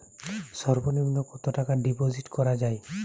সর্ব নিম্ন কতটাকা ডিপোজিট করা য়ায়?